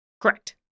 Correct